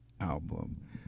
album